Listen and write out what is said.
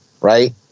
right